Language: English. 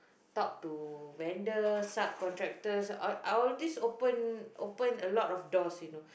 talk to vendors sub contractors all all of these open open a lot of doors you know